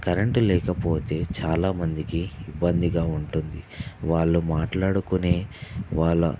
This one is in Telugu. కరెంట్ లేకపోతే చాలామందికి ఇబ్బందిగా ఉంటుంది వాళ్లు మాట్లాడుకునే వాళ్ళ